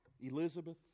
Elizabeth